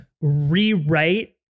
rewrite